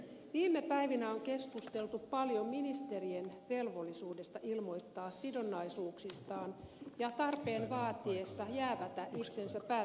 viime päivinä on keskusteltu paljon ministerien velvollisuudesta ilmoittaa sidonnaisuuksistaan ja tarpeen vaatiessa jäävätä itsensä päätöksenteossa